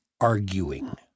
arguing